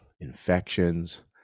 infections